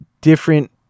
different